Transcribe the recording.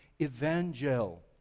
evangel